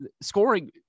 scoring